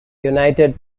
united